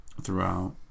throughout